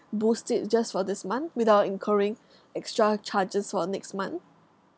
boost it just for this month without incurring extra charges for next month